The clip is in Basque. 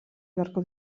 beharko